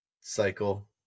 cycle